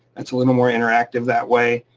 it's a little more interactive that way,